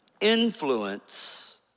influence